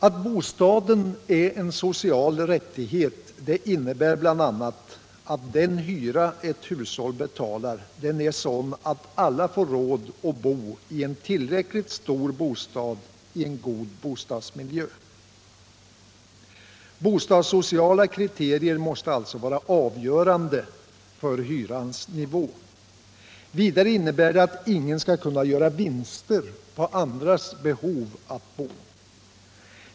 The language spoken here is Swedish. Att bostaden är en social rättighet innebär bl.a. att den hyra ett hushåll betalar är sådan att alla får råd att bo i en tillräckligt stor bostad i en god bostadsmiljö. Bostadssociala kriterier måste alltså vara avgörande för hyrans nivå. Vidare innebär det att ingen skall kunna göra vinster på andras behov av att bo.